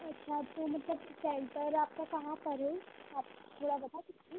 अच्छा तो मतलब कि सेंटर आपका कहाँ पर है आप थोड़ा बता सकती हैं